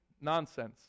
nonsense